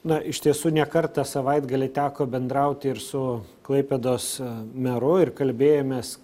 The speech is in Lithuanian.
na iš tiesų ne kartą savaitgalį teko bendrauti ir su klaipėdos meru ir kalbėjomės